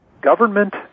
Government